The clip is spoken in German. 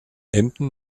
emden